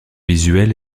visuelle